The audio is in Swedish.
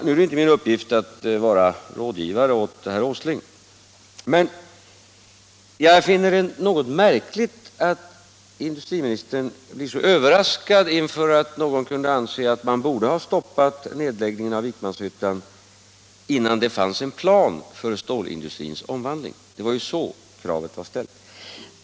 Nu är det inte min uppgift att vara rådgivare åt herr Åsling, men jag finner det något märkligt att industriministern blir så överraskad över att någon kan anse att man borde ha stoppat nedläggningen av Vikmanshyttan, innan det fanns en plan för stålindustrins omvandling. Det var ju så kravet var ställt.